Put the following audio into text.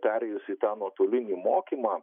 perėjus į tą nuotolinį mokymą